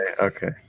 Okay